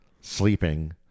sleeping